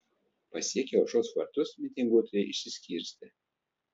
pasiekę aušros vartus mitinguotojai išsiskirstė